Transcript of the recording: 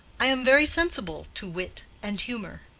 i am very sensible to wit and humor.